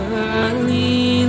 early